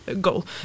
goal